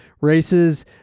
races